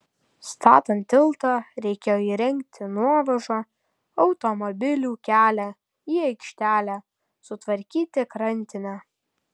statant tiltą reikėjo įrengti nuovažą automobilių kelią į aikštelę sutvarkyti krantinę